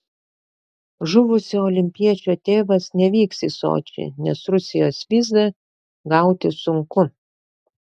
žuvusio olimpiečio tėvas nevyks į sočį nes rusijos vizą gauti sunku